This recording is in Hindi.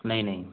नहीं नहीं